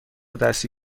دستی